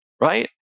Right